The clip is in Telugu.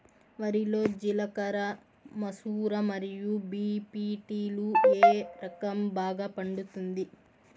వరి లో జిలకర మసూర మరియు బీ.పీ.టీ లు ఏ రకం బాగా పండుతుంది